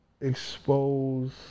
expose